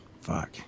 Fuck